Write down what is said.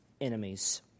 enemies